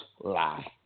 lie